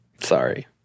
Sorry